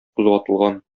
кузгатылган